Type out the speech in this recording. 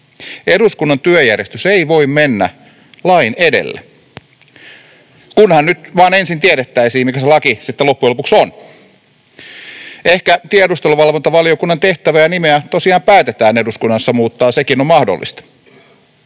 Eduskunnan työjärjestys ei voi mennä lain edelle. Kunhan nyt vain ensin tiedettäisiin, mikä se laki sitten loppujen lopuksi on. Ehkä tiedusteluvalvontavaliokunnan tehtävää ja nimeä tosiaan päätetään eduskunnassa muuttaa, sekin on mahdollista.